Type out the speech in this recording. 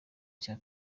cya